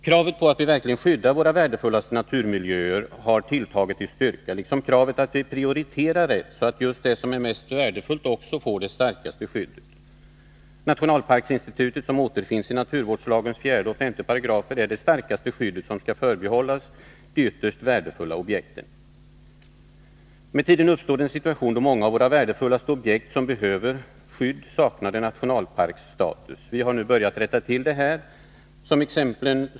Kravet på att vi verkligen skyddar våra värdefullaste naturmiljöer har tilltagit i styrka, liksom kravet att vi prioriterar rätt, så att just det som är mest värdefullt också får det starkaste skyddet. Nationalparksinstitutet, som återfinns i naturvårdslagens 4 och 5 §§, är det starkaste skyddet, som skall förbehållas de ytterst värdefulla objekten. Med tiden uppstod en situation då många av våra värdefullaste objekt som behöver skydd saknade nationalparksstatus. Vi har nu börjat rätta till detta. Så har t.ex.